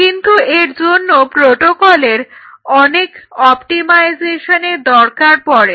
কিন্তু এর জন্য প্রটোকলের অনেক অপটিমাইজেশনের দরকার পড়ে